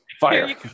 fire